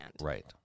Right